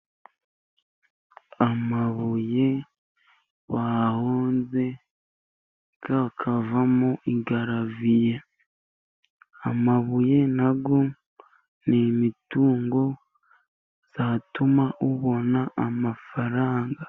Amabuye bahonze akavamo garaviye. Amabuye nayo ni umutungo watuma ubona amafaranga.